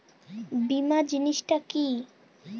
বীমা জিনিস টা কি?